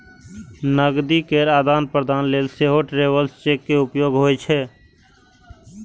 नकदी केर आदान प्रदान लेल सेहो ट्रैवलर्स चेक के उपयोग होइ छै